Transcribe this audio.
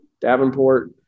Davenport